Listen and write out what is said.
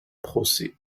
procès